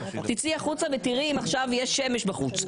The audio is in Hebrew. תצאי החוצה ותראי אם עכשיו יש שמש בחוץ,